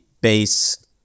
base